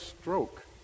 stroke